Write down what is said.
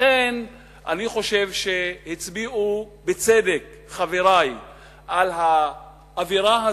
לכן אני חושב שהצביעו בצדק חברי על האווירה הזאת,